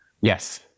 Yes